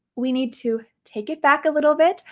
we need to take it back a little bit,